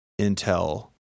Intel